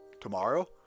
tomorrow